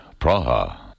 Praha